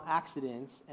accidents